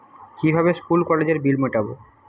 কিভাবে স্কুল কলেজের বিল মিটাব?